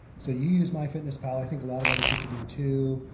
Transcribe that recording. so you use myfitnesspal. i think a lot of other people do too.